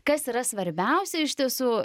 kas yra svarbiausia iš tiesų